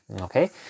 Okay